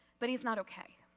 but he is not okay.